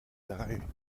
drei